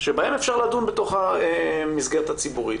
שבהם אפשר לדון בתוך המסגרת הציבורית